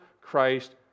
Christ